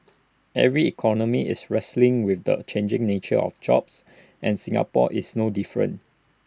every economy is wrestling with the changing nature of jobs and Singapore is no different